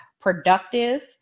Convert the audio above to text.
productive